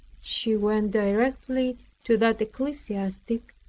she went directly to that ecclesiastic,